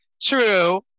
true